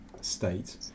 state